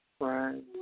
Right